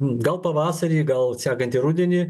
gal pavasarį gal sekantį rudenį